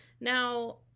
Now